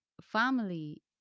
family